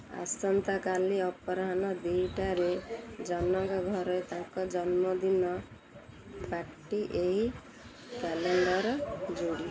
ଆସନ୍ତାକାଲି ଅପରାହ୍ନ ଦୁଇଟାରେ ଜନଙ୍କ ଘରେ ତାଙ୍କ ଜନ୍ମଦିନ ପାର୍ଟି ଏହି କ୍ୟାଲେଣ୍ଡର ଯୋଡ଼